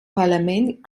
parlament